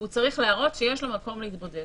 הוא צריך להראות שיש לומקום לבידוד.